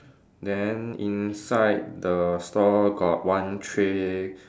then inside the store got one tray